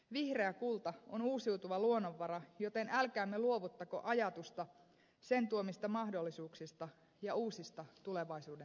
vihreä kulta on uusiutuva luonnonvara joten älkäämme luovuttako ajatusta sen tuomista mahdollisuuksista ja uusista tulevaisuuden työpaikoista